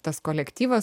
tas kolektyvas